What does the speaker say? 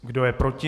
Kdo je proti?